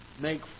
make